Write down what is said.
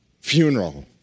funeral